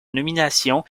nomination